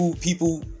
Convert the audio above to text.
People